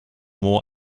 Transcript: more